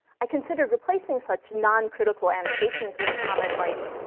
i considered replacing such noncritical annotations with a comment like,